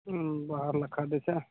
बाहर लखा दै छै